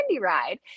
ride